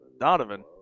Donovan